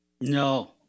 No